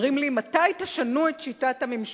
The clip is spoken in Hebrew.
אומרים לי: מתי תשנו את שיטת הממשל?